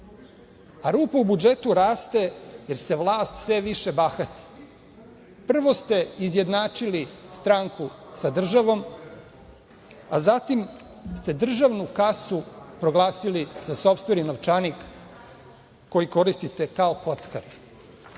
Rupa u budžetu raste jer se vlast sve više bahati. Prvo ste izjednačili stranku sa državom, a zatim ste državnu kasu proglasili za sopstveni novčanik koji koristite kao kockar,